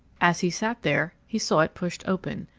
as he sat there he saw it pushed open.